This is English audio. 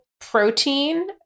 protein